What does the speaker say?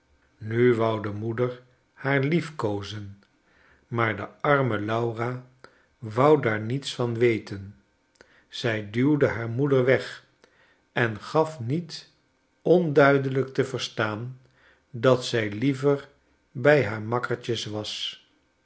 wou de moeder haar lief koozen maar de arme laura wou daar niets van wetenyzij duwde haar moeder weg en gaf niet onduidelijk te verstaan dat zij liever bij haar makkertjes was